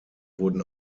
wurden